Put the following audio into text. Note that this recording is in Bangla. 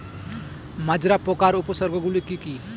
মাজরা পোকার উপসর্গগুলি কি কি?